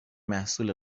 محصول